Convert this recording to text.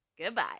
Goodbye